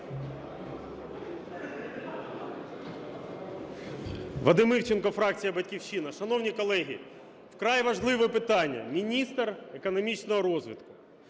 Вадим Івченко, фракція "Батьківщина". Шановні колеги, вкрай важливе питання. Міністре економічного розвитку,